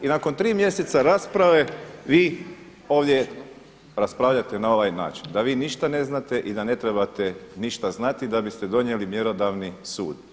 I nakon tri mjeseca rasprave vi ovdje raspravljate na ovaj način da vi ništa ne znate i da ne trebate ništa znati da biste donijeli mjerodavni sud.